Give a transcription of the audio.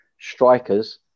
strikers